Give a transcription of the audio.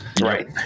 right